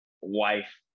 wife